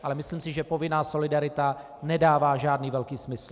Ale myslím si, že povinná solidarita nedává žádný velký smysl.